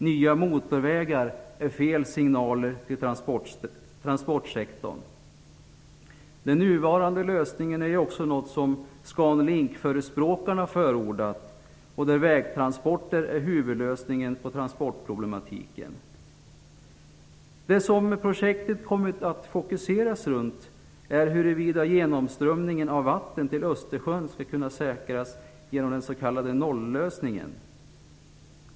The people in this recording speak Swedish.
Nya motorvägar är fel signal till transportsektorn. Den nuvarande lösningen har förordats av Skanlink-förespråkarna. Vägtransporter är huvudlösningen på transportproblematiken. Projektet har kommit att fokuseras runt huruvida genomströmningen av vatten till Östersjön skall kunna säkras genom den s.k. nollösningen.